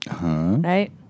Right